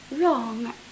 wrong